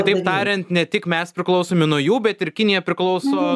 taip tariant ne tik mes priklausomi nuo jų bet ir kinija priklauso